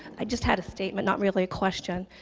i just had a statement, not really a question,